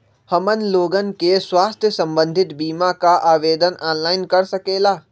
हमन लोगन के स्वास्थ्य संबंधित बिमा का आवेदन ऑनलाइन कर सकेला?